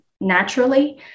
naturally